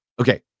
Okay